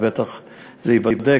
אז בטח זה ייבדק.